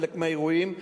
חלק מהאירועים,